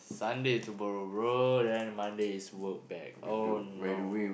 Sunday is a tomorrow bro then Monday is work back oh no